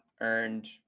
earned